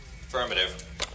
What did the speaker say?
Affirmative